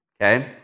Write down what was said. Okay